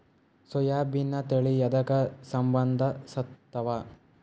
ಸೋಯಾಬಿನ ತಳಿ ಎದಕ ಸಂಭಂದಸತ್ತಾವ?